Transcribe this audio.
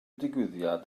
digwyddiad